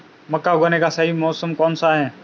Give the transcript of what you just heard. मक्का उगाने का सही मौसम कौनसा है?